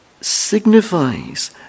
signifies